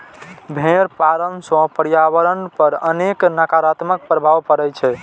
भेड़ पालन सं पर्यावरण पर अनेक नकारात्मक प्रभाव पड़ै छै